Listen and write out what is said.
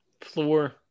Floor